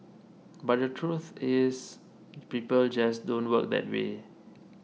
but the truth is people just don't work that way